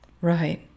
Right